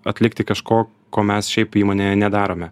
atlikti kažko ko mes šiaip įmonėje nedarome